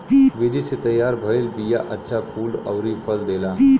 विधि से तैयार भइल बिया अच्छा फूल अउरी फल देला